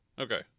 Okay